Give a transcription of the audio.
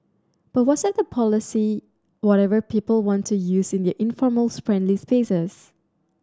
but what's at the policing whatever people want to use in their informal friendly spaces